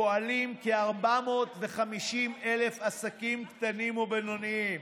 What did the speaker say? פועלים כ-450,000 עסקים קטנים ובינוניים,